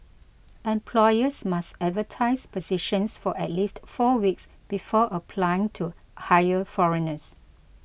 employers must advertise positions for at least four weeks before applying to hire foreigners